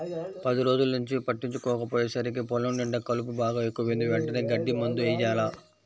పది రోజుల్నుంచి పట్టించుకోకపొయ్యేసరికి పొలం నిండా కలుపు బాగా ఎక్కువైంది, వెంటనే గడ్డి మందు యెయ్యాల